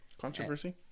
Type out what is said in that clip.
Controversy